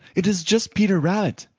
it is just peter rabbit.